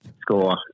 score